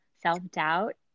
self-doubt